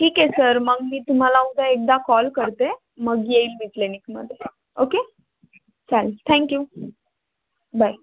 ठीक आहे सर मग मी तुम्हाला उद्या एकदा कॉल करते मग येईल मी क्लिनिकमध्ये ओके चालेल थँक्यू बाय